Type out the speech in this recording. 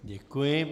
Děkuji.